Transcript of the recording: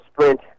sprint